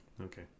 Okay